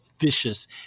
vicious